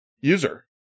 user